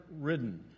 ridden